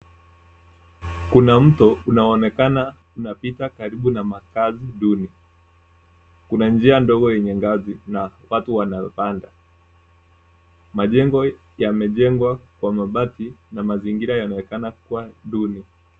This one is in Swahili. Kuna mto unaonekana unapita karibu na makazi duni. Kuna njia ndogo yenye ngazi na watu wanapanda. Majengo yamejengwa kwa mabati na mazingira yanaonekana kuwa duni.